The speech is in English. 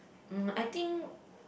mm I think